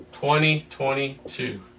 2022